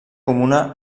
comuna